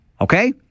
Okay